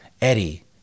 Eddie